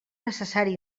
necessari